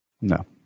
No